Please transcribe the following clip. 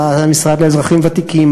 במשרד לאזרחים ותיקים,